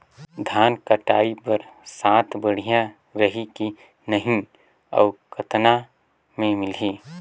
धान कटाई बर साथ बढ़िया रही की नहीं अउ कतना मे मिलही?